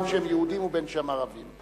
בין שהם יהודים ובין שהם ערבים,